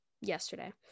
yesterday